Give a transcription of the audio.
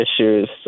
issues